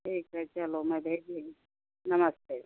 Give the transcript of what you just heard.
ठीक है चलो मैं देख लूँगी नमस्ते